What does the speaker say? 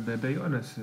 be abejonės